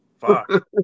Fuck